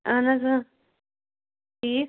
اہن حظ اۭں ٹھیٖک